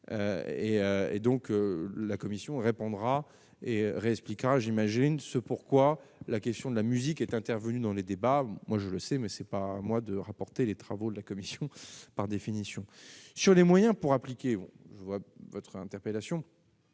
et donc la Commission répondra et réexpliquant j'imagine ce pourquoi la question de la musique est intervenu dans les débats, moi je le sais mais c'est pas à moi de rapporter les travaux de la commission par définition sur les moyens pour appliquer je vois votre interpellation.